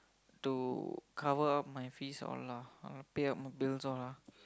to cover up my fees all lah pay up my bills all lah